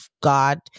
god